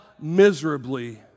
miserably